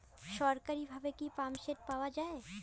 সরকারিভাবে কি পাম্পসেট পাওয়া যায়?